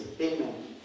Amen